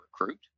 recruit